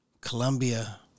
Colombia